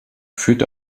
führt